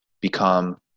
become